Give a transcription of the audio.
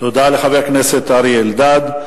תודה לחבר הכנסת אריה אלדד.